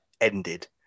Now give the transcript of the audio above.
ended